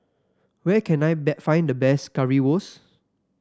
where can I find the best Currywurst